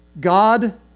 God